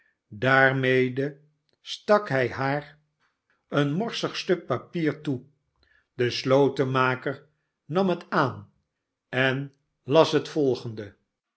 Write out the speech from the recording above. daarmede stak hij haar een hij brengt een vrijbrief voor juffrouw varden vioaorsig stuk papier toe de slotenmaker nam het aan en las het wolgende